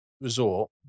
resort